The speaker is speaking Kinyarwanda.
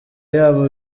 yabo